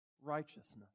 righteousness